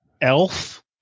elf